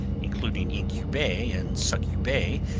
including incubae and succubae,